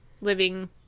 living